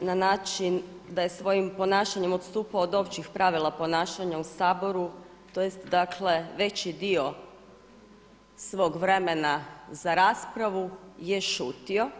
na način da je svojim ponašanjem odstupa od općih pravila ponašanja u Saboru, tj. dakle veći dio svog vremena za raspravu je šutio.